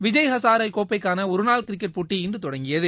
விஜய் ஹசாரே னோப்பைக்கான ஒருநாள் கிரிக்கெட் போட்டி இன்று தொடங்கியது